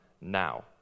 now